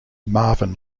marvin